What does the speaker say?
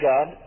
God